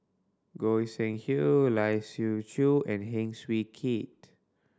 Goi Seng Hui Lai Siu Chiu and Heng Swee Keat